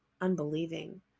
unbelieving